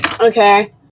Okay